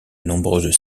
nombreuses